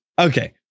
Okay